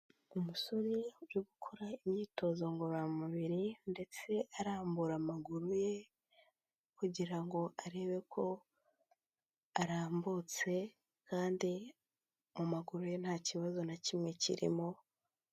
Umusore uri gukora imyitozo ngororamubiri ndetse arambura amaguru ye kugira ngo arebe ko arambutse, kandi mu maguru ye nta kibazo na kimwe kirimo.